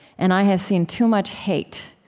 and i have seen too much hate.